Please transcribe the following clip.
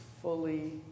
fully